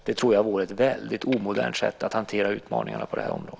Jag tror att det vore ett väldigt omodernt sätt att hantera utmaningarna på det här området.